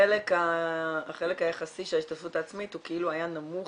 החלק היחסי של ההשתתפות העצמית הוא היה נמוך